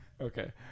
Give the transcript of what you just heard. Okay